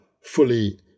fully